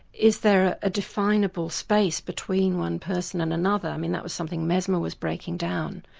is there a definable space between one person and another? i mean that was something mesmer was breaking down.